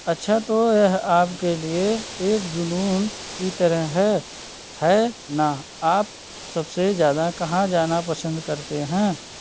अच्छा तो यह आपके लिए एक जुनून की तरह है है ना आप सबसे ज़्यादा कहाँ जाना पसंद करते हैं